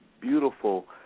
beautiful